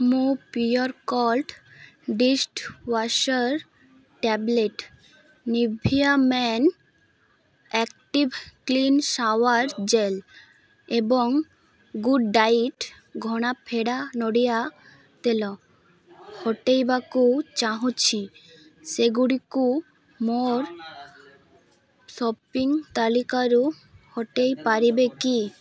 ମୁଁ Purecult dishwasher tablet Nivea men active clean shower gel ଏବଂ good diet ଘଣା ପେଡ଼ା ନଡ଼ିଆ ତେଲ ହଟେଇବାକୁ ଚାହୁଁଛି ସେଗୁଡ଼ିକୁ ମୋର ସପିଂ ତାଲିକାରୁ ହଟେଇ ପାରିବେ କି